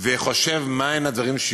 ובודק את הדברים שנעלמים,